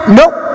nope